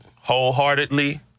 wholeheartedly